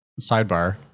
sidebar